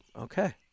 Okay